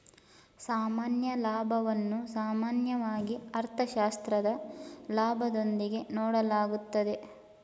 ಸಾಮಾನ್ಯ ಲಾಭವನ್ನು ಸಾಮಾನ್ಯವಾಗಿ ಅರ್ಥಶಾಸ್ತ್ರದ ಲಾಭದೊಂದಿಗೆ ನೋಡಲಾಗುತ್ತದೆ